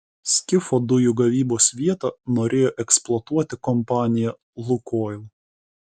skifo dujų gavybos vietą norėjo eksploatuoti kompanija lukoil